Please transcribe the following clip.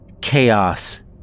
chaos